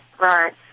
right